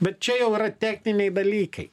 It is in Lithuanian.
bet čia jau yra techniniai dalykai